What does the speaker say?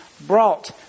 brought